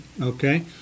Okay